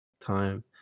time